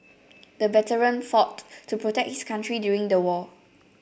the veteran fought to protect his country during the war